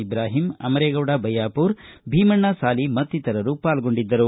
ಇಬ್ರಾಹಿಂ ಅಮರೇಗೌಡ ಬಯ್ಯಾಪುರ ಭೀಮಣ್ಣ ಸಾಲಿ ಮತ್ತಿತರರು ಪಾಲ್ಗೊಂಡಿದ್ದರು